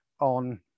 On